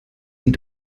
sie